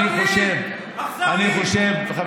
אני אומר, אני מסביר, הנכים